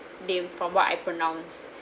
name from what I pronounced